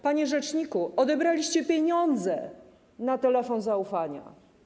Panie rzeczniku, odebraliście pieniądze na telefon zaufania.